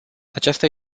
această